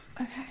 Okay